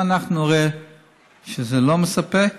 אם אנחנו נראה שזה לא מספק,